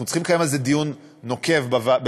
אנחנו צריכים לקיים על זה דיון נוקב בוועדת